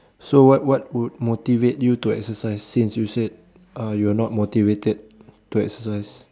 so what what would motivate you to exercise since you said uh you are not motivated to exercise